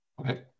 Okay